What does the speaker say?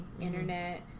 internet